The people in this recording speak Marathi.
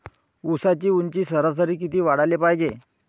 ऊसाची ऊंची सरासरी किती वाढाले पायजे?